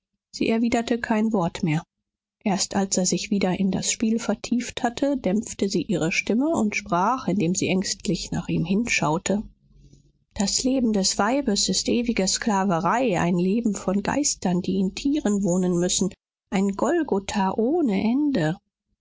sie erwiderte kein wort mehr erst als er sich wieder in das spiel vertieft hatte dämpfte sie ihre stimme und sprach indem sie ängstlich nach ihm hinschaute das leben des weibes ist ewige sklaverei ein leben von geistern die in tieren wohnen müssen ein golgatha ohne ende